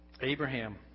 Abraham